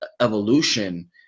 evolution